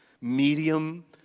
medium